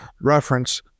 reference